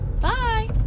Bye